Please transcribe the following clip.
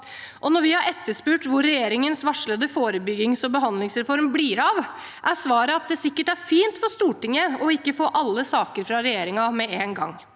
Når vi har etterspurt hvor regjeringens varslede forebyggings- og behandlingsreform blir av, er svaret at det sikkert er fint for Stortinget ikke å få alle saker fra regjeringen med en gang.